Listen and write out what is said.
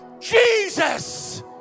Jesus